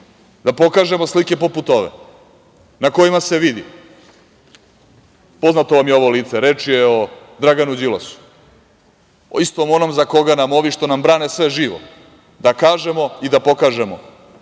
Da pokažemo slike poput ove, na kojima se vidi, poznato vam je ovo lice, reč je o Draganu Đilasu, istom onom za koga nam ovi što nam brane sve živo, da kažemo i da pokažemo.